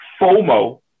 FOMO